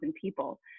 people